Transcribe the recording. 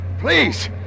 Please